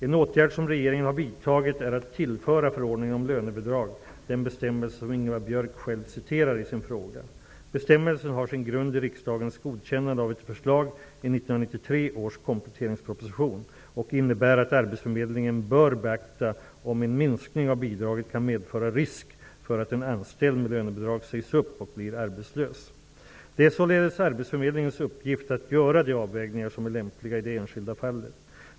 En åtgärd som regeringen har vidtagit är att tillföra förordningen om lönebidrag den bestämmelse som Ingvar Björk själv citerar i sin fråga. Bestämmelsen har sin grund i riksdagens godkännande av ett förslag i 1993 års kompletteringsproposition och innebär att arbetsförmedlingen bör beakta om en minskning av bidraget kan medföra risk för att en anställd med lönebidrag sägs upp och blir arbetslös. Det är således arbetsförmedlingens uppgift att göra de avvägningar som är lämpliga i det enskilda fallet.